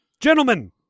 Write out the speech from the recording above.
Gentlemen